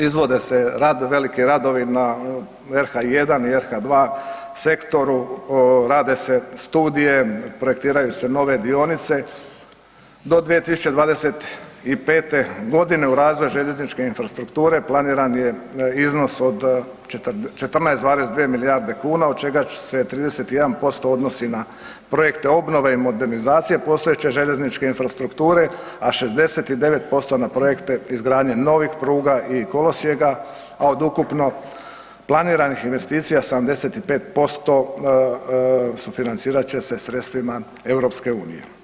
Izvode se veliki radovi na RH-1 i RH-2 sektoru, rade se studije, projektiraju se nove dionice, do 2025. g. u razvoj željezničke infrastrukture planiran je iznos od 14,2 milijarde kuna, od čega će se 31% odnosi na projekte obnove i modernizacije postojeće željezničke infrastrukture, a 69% na projekte izgradnje novih pruga i kolosijeka, a od ukupno planiranih investicija 75% sufinancirat će se sredstvima EU.